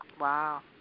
Wow